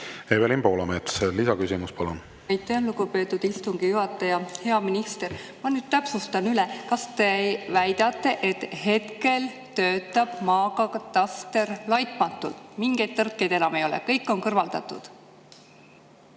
Evelin Poolamets, lisaküsimus palun! Aitäh, lugupeetud istungi juhataja! Hea minister! Ma nüüd täpsustan üle: kas te väidate, et hetkel töötab maakataster laitmatult, mingeid tõrkeid enam ei ole, kõik on kõrvaldatud,